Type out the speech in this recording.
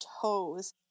toes